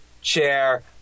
chair